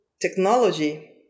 technology